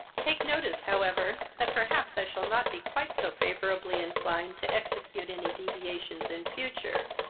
take notice, however, that perhaps i shall not be quite so favourably inclined to execute any deviations in future,